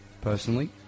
Personally